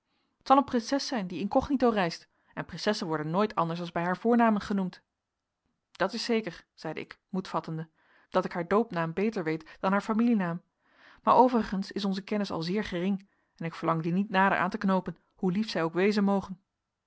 t zal een prinses zijn die incognito reist en prinsessen worden nooit anders als bij haar voornamen genoemd dat is zeker zeide ik moed vattende dat ik haar doopnaam beter weet dan haar familienaam maar overigens is onze kennis al zeer gering en ik verlang die niet nader aan te knoopen hoe lief zij ook wezen moge